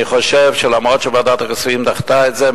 אני חושב שלמרות שוועדת הכספים דחתה את זה,